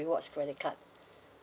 rewards credit card